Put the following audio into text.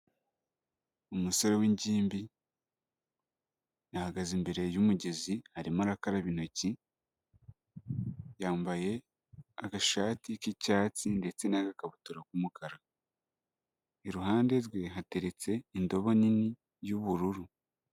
Umusore w'ingimbi ahagaze imbere y'umugezi arimo arakaraba intoki, yambaye agashati k'icyatsi ndetse n'agakabutura k'umukara. Iruhande rwe hateretse indobo nini y'ubururu.